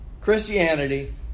Christianity